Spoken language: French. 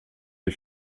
des